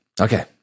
Okay